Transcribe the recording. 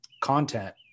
content